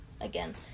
again